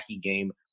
game